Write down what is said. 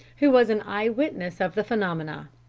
who was an eye-witness of the phenomena.